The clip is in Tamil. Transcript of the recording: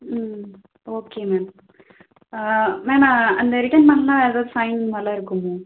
ம் ஓகே மேம் மேம் அந்த ரிட்டன் பண்ணலனா ஏதாவது ஃபைன் அதெலாம் இருக்குமா